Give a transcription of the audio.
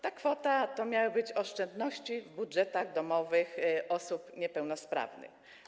To miały być oszczędności w budżetach domowych osób niepełnosprawnych.